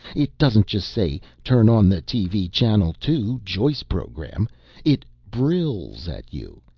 it doesn't just say, turn on the tv channel two, joyce program it brills at you,